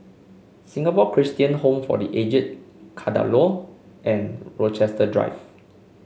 Singapore Christian Home for The Aged Kadaloor and Rochester Drive